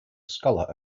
scholar